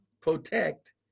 protect